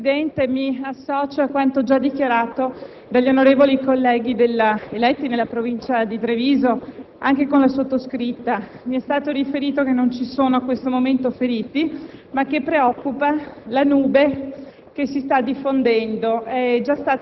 Signor Presidente, mi associo a quanto già dichiarato dagli onorevoli colleghi eletti nella Provincia di Treviso, come la sottoscritta. Mi è stato riferito che a questo momento non ci sono feriti, ma che preoccupa la nube